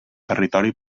territori